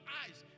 eyes